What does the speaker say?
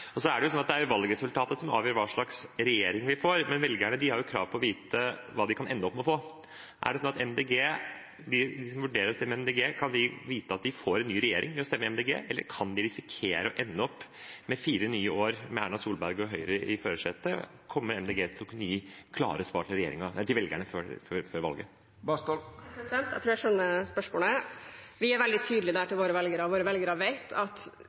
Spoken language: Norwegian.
er jo sånn at det er valgresultatet som avgjør hva slags regjering vi får, men velgerne har krav på å vite hva de kan ende opp med å få. Er det sånn at de som vurderer å stemme Miljøpartiet De Grønne, kan vite at de får en ny regjering ved å stemme Miljøpartiet De Grønne, eller kan de risikere å ende opp med fire nye år med Erna Solberg og Høyre i førersetet? Kommer Miljøpartiet De Grønne til å kunne gi klare svar til velgerne før valget? Jeg tror jeg skjønner spørsmålet. Vi er veldig tydelige der til våre velgere, og våre velgere vet at